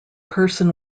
person